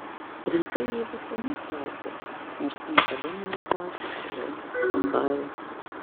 rytai jį visuomet traukė nors niekada nenukako toliau achajos